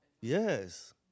yes